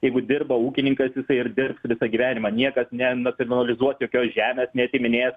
jeigu dirba ūkininkas jisai ir dirbs visą gyvenimą niekas nenacionalizuos jokios žemės neatiminės